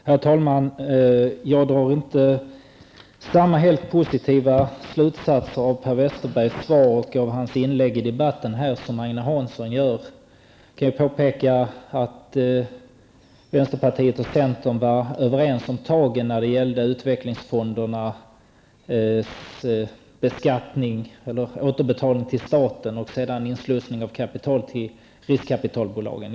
Herr talman! Jag drar inte samma positiva slutsatser av Per Westerbergs svar och inlägg i debatten, som Agne Hansson. Det kan påpekas att vänsterpartiet och centern var överens om utvecklingsfondernas återbetalning till staten och inslussningen av kapital till riskkapitalbolagen.